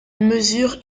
mesure